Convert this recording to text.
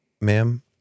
ma'am